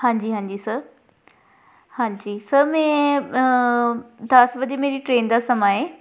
ਹਾਂਜੀ ਹਾਂਜੀ ਸਰ ਹਾਂਜੀ ਸਰ ਮੈਂ ਦਸ ਵਜੇ ਮੇਰੀ ਟਰੇਨ ਦਾ ਸਮਾਂ ਏ